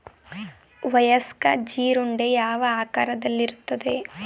ವಯಸ್ಕ ಜೀರುಂಡೆ ಯಾವ ಆಕಾರದಲ್ಲಿರುತ್ತದೆ?